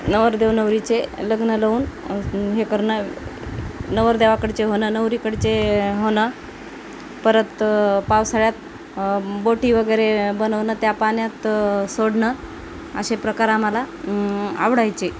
नवरदेव नवरीचे लग्न लवून हे करणं नवरदेवाकडचे होणं नवरीकडचे होणं परत पावसाळ्यात बोटी वगैरे बनवणं त्या पाण्यात सोडणं असे प्रकार आम्हाला आवडायचे